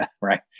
right